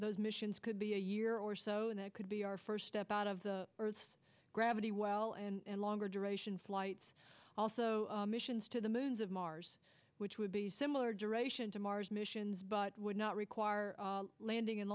those missions could be a year or so and that could be our first step out of the earth's gravity well and longer duration flights also missions to the moons of mars which would be similar duration to mars missions but would not require landing